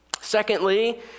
Secondly